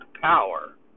power